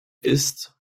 ist